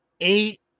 eight